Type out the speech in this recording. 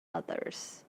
others